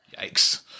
Yikes